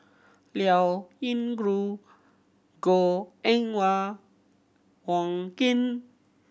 Liao Yingru Goh Eng Wah Wong Keen